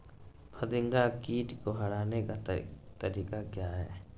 फतिंगा किट को हटाने का तरीका क्या है?